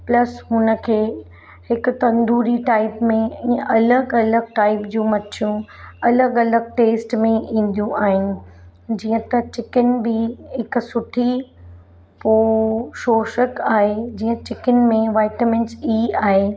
plus हुन खे हिकु तंदूरी टाइप में इन अलॻि अलॻि टाइप जूं मच्छियूं अलॻि अलॻि टेस्ट में ईंदियूं आहियूं जीअं त चिकन बि हिकु सुठी पौष्टिक आहे जीअं चिकन में वाइटमिंस ई आहे